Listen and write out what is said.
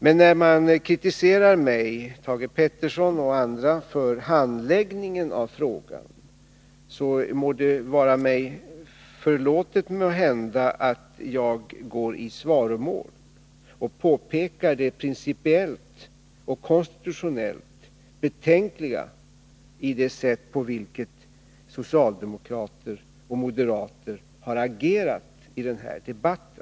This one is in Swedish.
Det bör måhända vara mig förlåtet att jag, när Thage Peterson och andra kritiserar mig för handläggningen av frågan, går i svaromål och påpekar det principiellt och konstitutionellt betänkliga i det sätt på vilket socialdemokrater och moderater har agerat i denna debatt.